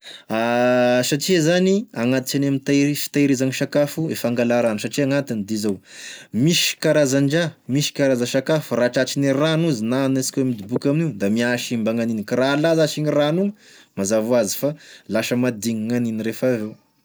Satria zany agnatisany mitahiry fitahirizany sakafo e fangala rano satria gn'antony de izao misy karazandraha misy karaza sakafo raha tratrine rano izy na anisika midoboky amin'igny da mihasimba gn'aniny ka raha ala zash igny rano io mazava hoazy fa lasa mahadigny gn'aniny rehefa avy eo.